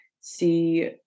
see